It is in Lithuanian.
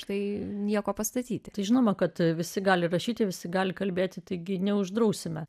štai nieko pastatyti tai žinoma kad visi gali rašyti visi gali kalbėti taigi neuždrausime